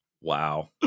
wow